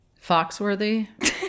Foxworthy